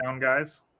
guys